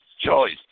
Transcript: choice